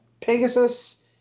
Pegasus